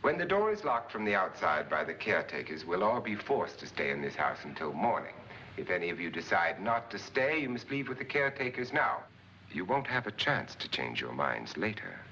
when the door is locked from the outside by the caretakers we'll all be forced to stay in this house until morning if any of you decide not to stay in the speed with the caretakers now you won't have a chance to change your mind later